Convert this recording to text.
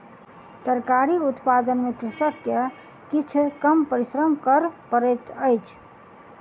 तरकारी उत्पादन में कृषक के किछ कम परिश्रम कर पड़ैत अछि